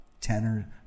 tenor